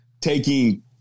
taking